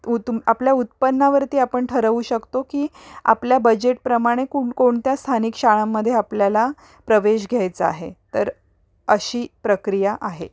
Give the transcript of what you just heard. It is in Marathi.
उत आपल्या उत्पन्नावरती आपण ठरवू शकतो की आपल्या बजेटप्रमाणे कुण कोणत्या स्थानिक शाळांमध्ये आपल्याला प्रवेश घ्यायचा आहे तर अशी प्रक्रिया आहे